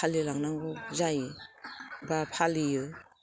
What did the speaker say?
फालिलांनांगौ जायो बा फालियो